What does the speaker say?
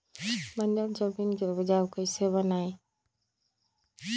बंजर जमीन को उपजाऊ कैसे बनाय?